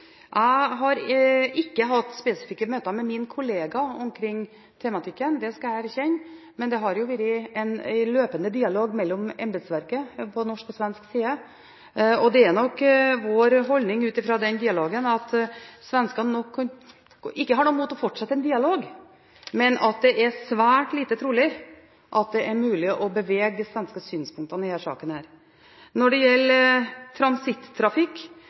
Jeg har ikke hatt spesifikke møter med min kollega omkring tematikken – det skal jeg erkjenne – men det har vært en løpende dialog mellom embetsverket på norsk og på svensk side. Det er nok vår holdning – ut fra denne dialogen – at svenskene ikke har noe imot å fortsette en dialog, men at det er svært lite trolig at det er mulig å bevege de svenske synspunktene i denne saken. Når det gjelder